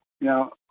Now